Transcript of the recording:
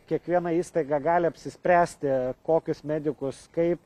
kiekviena įstaiga gali apsispręsti kokius medikus kaip